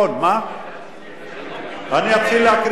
אני אצביע,